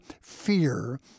fear